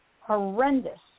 horrendous